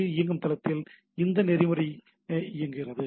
B இயங்கும் இடத்தில் இந்த நெறிமுறை இயங்குகிறது